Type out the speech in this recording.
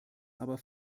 aber